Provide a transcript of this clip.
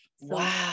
Wow